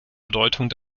bedeutung